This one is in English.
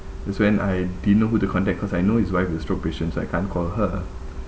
that's when I didn't know who to contact cause I know his wife is stroke patient so I can't call her